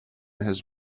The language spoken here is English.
has